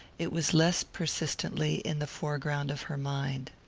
it was less persistently in the foreground of her mind.